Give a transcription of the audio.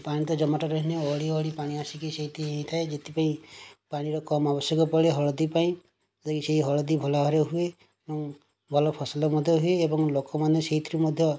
ପାଣି ତ ଜମାଟ ରହେନି ଅଡ଼େଇ ଅଡ଼େଇ ପାଣି ଆସିକି ସେଇଠି ହୋଇଥାଏ ଯେଉଁଥିପାଇଁ ପାଣିର କମ୍ ଆବଶ୍ୟକ ପଡ଼େ ହଳଦୀ ପାଇଁ ଯେ ସେ ହଳଦୀ ଭଲ ଭାବରେ ହୁଏ ଏବଂ ଭଲ ଫସଲ ମଧ୍ୟ ହୁଏ ଏବଂ ଲୋକମାନେ ସେଥିରୁ ମଧ୍ୟ